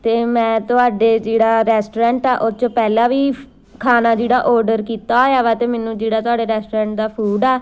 ਅਤੇ ਮੈਂ ਤੁਹਾਡੇ ਜਿਹੜਾ ਰੈਸਟੋਰੈਂਟ ਆ ਉਹ 'ਚੋਂ ਪਹਿਲਾਂ ਵੀ ਖਾਣਾ ਜਿਹੜਾ ਔਡਰ ਕੀਤਾ ਹੋਇਆ ਵਾ ਅਤੇ ਮੈਨੂੰ ਜਿਹੜਾ ਤੁਹਾਡੇ ਰੈਸਟੋਰੈਂਟ ਦਾ ਫੂਡ ਆ